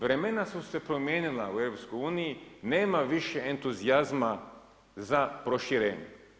Vremena su se promijenila u EU, nema više entuzijazma za proširenjem.